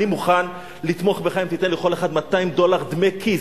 אני מוכן לתמוך בך אם תיתן לכל אחד 200 דולר דמי כיס.